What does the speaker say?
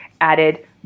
added